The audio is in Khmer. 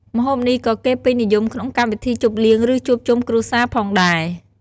ម្ហូបនេះក៏គេពេញនិយមក្នុងកម្មវិធីជប់លៀង ឬជួបជុំគ្រួសារផងដែរ។